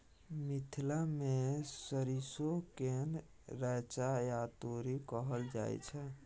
मिथिला मे सरिसो केँ रैचा या तोरी कहल जाइ छै